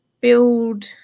build